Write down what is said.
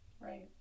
Right